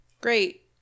Great